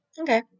Okay